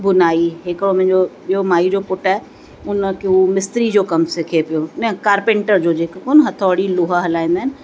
बुनाई हिकिड़ो मुंहिंजो ॿियो माईअ जो पुटु आहे हुनजो उहो मिस्त्री जो कमु सिखे पियो न कारपेंटर जो जेके कोन हथौड़ी लोहा हलाईंदा आहिनि